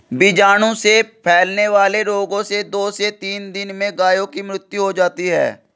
बीजाणु से फैलने वाले रोगों से दो से तीन दिन में गायों की मृत्यु हो जाती है